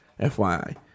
FYI